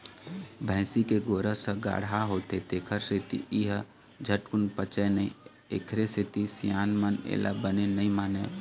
भइसी के गोरस ह गाड़हा होथे तेखर सेती ए ह झटकून पचय नई एखरे सेती सियान मन एला बने नइ मानय